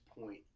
point